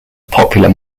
popular